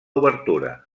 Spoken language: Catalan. obertura